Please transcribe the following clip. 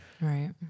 Right